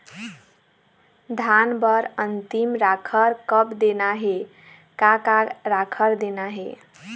धान बर अन्तिम राखर कब देना हे, का का राखर देना हे?